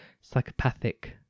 psychopathic